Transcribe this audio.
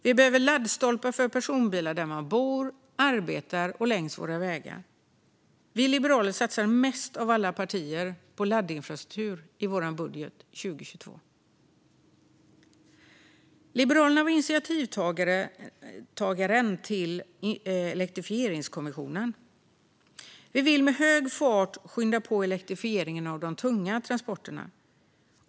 Vi behöver laddstolpar för personbilar där man bor och arbetar samt längs våra vägar. Vi liberaler satsar mest av alla partier på laddinfrastruktur i vår budget 2022. Liberalerna var initiativtagaren till elektrifieringskommissionen. Vi ville skynda på elektrifieringen av tunga transporter.